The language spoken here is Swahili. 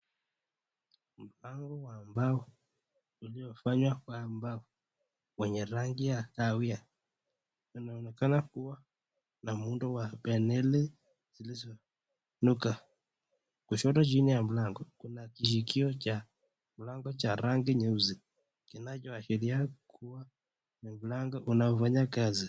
mpango wa mbao uliofanywa kwa mbao wenye rangi ya kahawia. Inaonekana kuwa na muundo wa peneli zilizonyooka. Kushoto chini ya mlango kuna kishikio cha mlango cha rangi nyeusi kinachoashiria kuwa ni mlango unaofanya kazi.